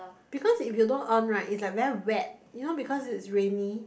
because if you don't on right it's like very wet you know because it's rainy